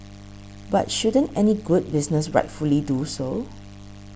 but shouldn't any good business rightfully do so